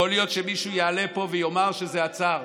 יכול להיות שמישהו יעלה פה ויאמר שזה עצר.